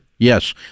Yes